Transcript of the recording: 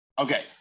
Okay